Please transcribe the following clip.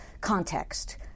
context